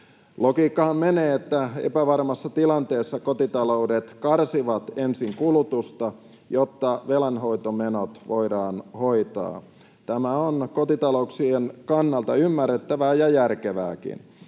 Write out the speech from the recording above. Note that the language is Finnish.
Logiikkahan menee niin, että epävarmassa tilanteessa kotitaloudet karsivat ensin kulutusta, jotta velanhoitomenot voidaan hoitaa. Tämä on kotitalouksien kannalta ymmärrettävää ja järkevääkin.